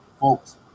folks